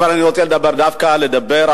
אבל אני רוצה לדבר דווקא על הקרקעות,